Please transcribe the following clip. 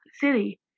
city